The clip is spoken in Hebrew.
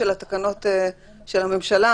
של התקנות של הממשלה,